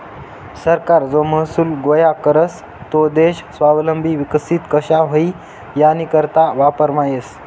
सरकार जो महसूल गोया करस तो देश स्वावलंबी विकसित कशा व्हई यानीकरता वापरमा येस